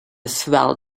swell